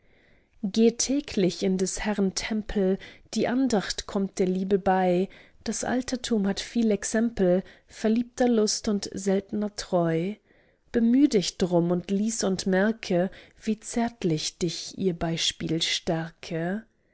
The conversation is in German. geh täglich in des herren tempel die andacht kommt der liebe bei das altertum hat viel exempel verliebter lust und seltner treu bemüh dich drum und lies und merke wie zärtlich dich ihr beispiel stärke